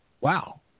Wow